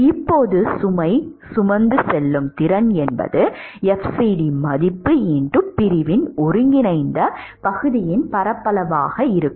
இப்போது சுமை சுமந்து செல்லும் திறன் என்பது fcd மதிப்பு பிரிவின் ஒருங்கிணைந்த பகுதியின் பரப்பளவாக இருக்கும்